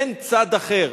אין צד אחר,